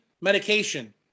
medication